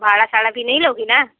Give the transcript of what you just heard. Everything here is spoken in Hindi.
भाड़ा साड़ा भी नहीं लोगी ना